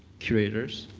curators,